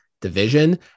division